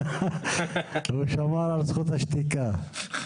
הוא שמר על זכות השתיקה.